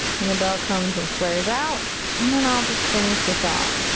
and the bell comes and flares out, and then i'll just finish this off.